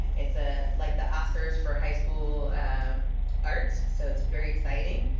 it's ah like the oscars for high school um art. so it's very exciting.